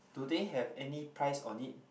do they have any price on it